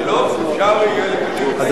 אדוני השר,